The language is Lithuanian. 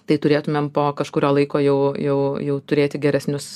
tai turėtumėm po kažkurio laiko jau jau jau turėti geresnius